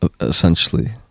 essentially